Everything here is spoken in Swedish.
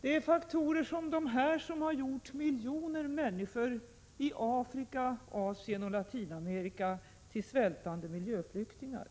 Det är faktorer som dessa som gjort miljoner människor i Afrika, Asien och Latinamerika till svältande miljöflyktingar.